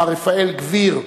מר רפאל גביר,